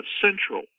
central